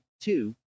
two